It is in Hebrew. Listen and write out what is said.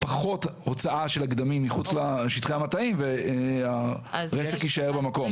פחות הוצאה של הגדמים מחוץ לשטחי המטעים והרסק יישאר במקום.